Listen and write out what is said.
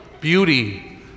beauty